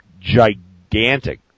gigantic